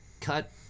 cut